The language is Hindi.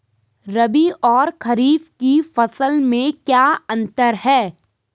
रबी और खरीफ की फसल में क्या अंतर है?